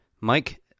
Mike